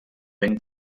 ben